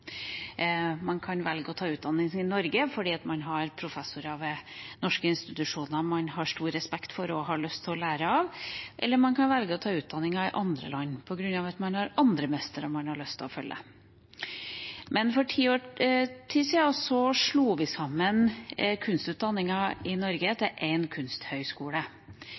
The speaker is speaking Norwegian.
Norge fordi man har professorer ved norske institusjoner man har stor respekt for og lyst til å lære av, eller man kan velge å ta utdanningen i andre land, fordi man har andre mestere man har lyst til å følge. For ti år siden slo vi sammen kunstutdanningene i Norge til én kunsthøgskole. Tankegangen bak det handlet både om å øke fagligheten og om å ha en